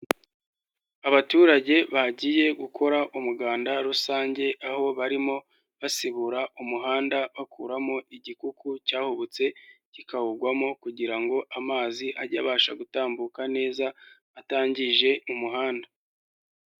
Abaturage bagiye gukora umuganda rusange, aho barimo basibura umuhanda bakuramo igikuku cyahubutse kikawugwamo kugira ngo amazi ajye abasha gutambuka neza atangije umuhanda.